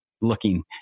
looking